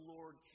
Lord